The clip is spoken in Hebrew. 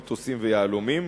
מטוסים ויהלומים,